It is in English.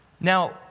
Now